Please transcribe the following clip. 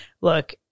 look